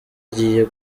agiye